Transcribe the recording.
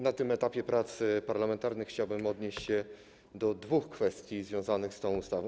Na tym etapie prac parlamentarnych chciałbym odnieść się do dwóch kwestii związanych z tą ustawą.